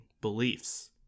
beliefs